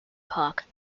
park